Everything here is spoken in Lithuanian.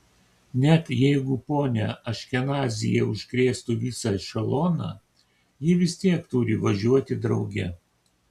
net jeigu ponia aškenazyje užkrėstų visą ešeloną ji vis tiek turi važiuoti drauge